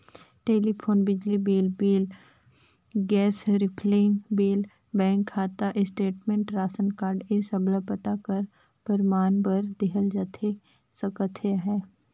telephone bill, बिजली bill, gas refilling bill, bank खाता statement, रासन कारड ए सब ल पता कर परमान बर देहल जाए सकत अहे